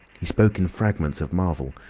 he spoke in fragments of marvel,